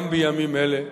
על-פי החוק הזה,